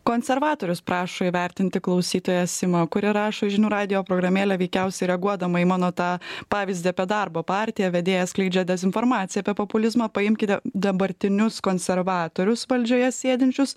konservatorius prašo įvertinti klausytoja sima kuri rašo į žinių radijo programėlę veikiausiai reaguodama į mano tą pavyzdį apie darbo partiją vedėjas skleidžia dezinformaciją apie populizmą paimkite dabartinius konservatorius valdžioje sėdinčius